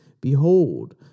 Behold